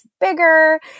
bigger